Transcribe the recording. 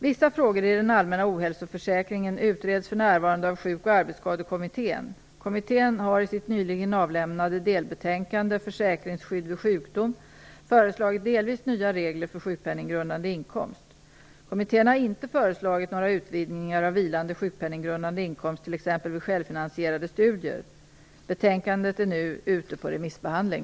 Vissa frågor i den allmänna ohälsoförsäkringen utreds för närvarande av Sjuk och arbetsskadekommittén . Kommittén har i sitt nyligen avlämnade delbetänkande, Försäkringsskydd vid sjukdom, föreslagit delvis nya regler för sjukpenninggrundande inkomst. Kommittén har inte föreslagit några utvidgningar av vilande sjukpenninggrundande inkomst t.ex. vid självfinansierade studier. Betänkandet är nu ute på remissbehandling.